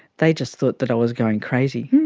they just thought that i was going crazy.